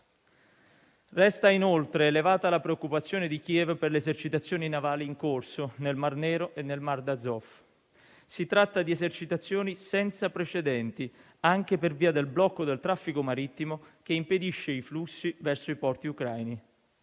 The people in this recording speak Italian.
Resta inoltre elevata la preoccupazione di Kiev per le esercitazioni navali in corso nel Mar Nero e nel Mar d'Azov. Si tratta di esercitazioni senza precedenti anche per via del blocco del traffico marittimo che impedisce i flussi verso i porti ucraini.